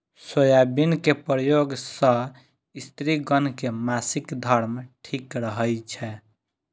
soybean के प्रयोग सं स्त्रिगण के मासिक धर्म ठीक रहै छै